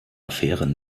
affäre